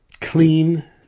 clean